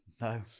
No